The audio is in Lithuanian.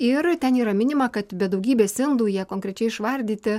ir ten yra minima kad be daugybės indų jie konkrečiai išvardyti